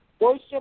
worship